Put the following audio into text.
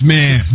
Man